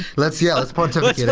let's yeah let's pontificate, yeah